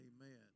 Amen